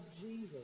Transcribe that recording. Jesus